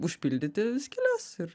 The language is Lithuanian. užpildyti skyles ir